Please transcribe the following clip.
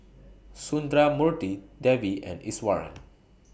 Sundramoorthy Devi and Iswaran